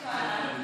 תואנה?